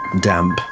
damp